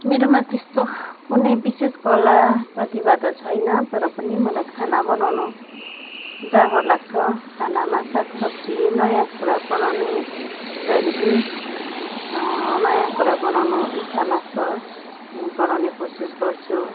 मेरोमा त्यस्तो कुनै विशेष कला प्रतिभा त छैन तर पनि मलाई खाना बनाउनु जाँगर लाग्छ खानामा सागसब्जी नयाँ कुरा बनाउने जहिले पनि नयाँ कुरा बनाउनु इच्छा लाग्छ अनि बनाउने कोसिस गर्छु